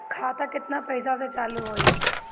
खाता केतना पैसा से चालु होई?